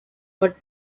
but